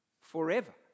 Forever